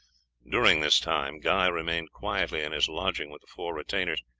during this time guy remained quietly in his lodging with the four retainers,